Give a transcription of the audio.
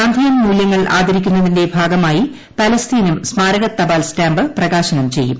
ഗാന്ധിയൻ മൂലൃങ്ങൾ ആദരിക്കുന്നതിന്റെ ഭാഗമായി പലസ്തീനും സ്മാരക തപാൽ സ്റ്റാമ്പ് പ്രകാശനം ചെയ്യും